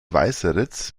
weißeritz